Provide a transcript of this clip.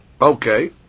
Okay